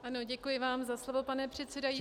Ano, děkuji vám za slovo, pane předsedající.